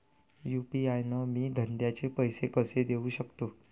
UPI न मी धंद्याचे पैसे कसे देऊ सकतो?